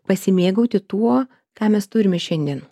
pasimėgauti tuo ką mes turime šiandien